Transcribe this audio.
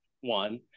one